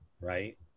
right